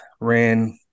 ran